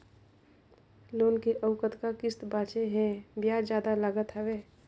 Loan के अउ कतका किस्त बांचें हे? ब्याज जादा लागत हवय,